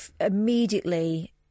immediately